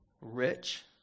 rich